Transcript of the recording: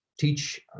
teach